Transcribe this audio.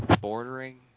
bordering